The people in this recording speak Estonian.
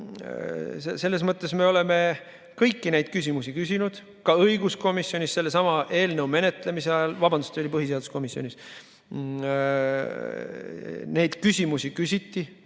Selles mõttes me oleme kõiki neid küsimusi küsinud ka õiguskomisjonis sellesama eelnõu menetlemise ajal ... Vabandust! See oli põhiseaduskomisjonis. Neid küsimusi küsiti.